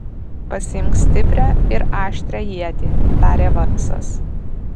pasiimk stiprią ir aštrią ietį tarė varsas